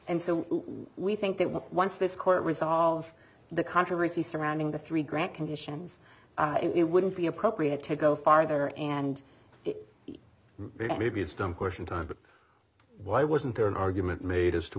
and so we think that once this court resolves the controversy surrounding the three grant conditions it wouldn't be appropriate to go farther and maybe it's dumb question time but why wasn't there an argument made as to